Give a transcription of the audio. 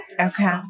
Okay